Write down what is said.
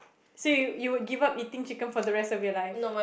so you you would give up eating chicken for the rest of your life